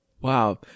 Wow